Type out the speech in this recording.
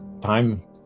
Time